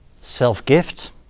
Self-gift